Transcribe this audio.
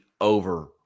over